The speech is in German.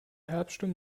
herbststurm